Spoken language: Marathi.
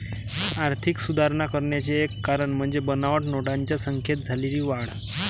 आर्थिक सुधारणा करण्याचे एक कारण म्हणजे बनावट नोटांच्या संख्येत झालेली वाढ